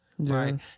Right